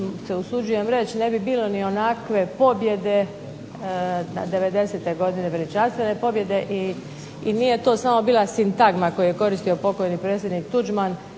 ne bi bilo ni onakve pobjede '09.-te godine, veličanstvene pobjede i nije to samo bila sintagma koju je koristio pokojni predsjednik Tuđman,